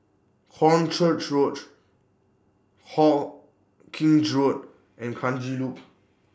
Hornchurch Roach Hawkinge Road and Kranji Loop